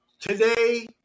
Today